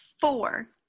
four